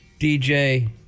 DJ